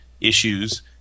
issues